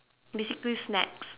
basically snacks